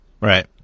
Right